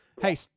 hey